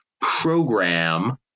program